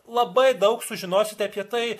labai daug sužinosite apie tai